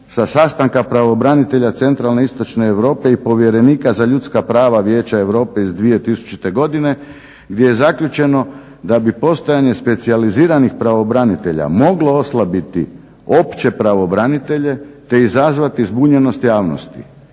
sa sastanka pravobranitelja centralne istočne Europe i povjerenika za ljudska prava Vijeća Europe iz 2000 godine gdje je zaključeno da bi postojanje specijaliziranih pravobranitelja moglo oslabiti opće pravobranitelje, te izazvati zbunjenost javnosti.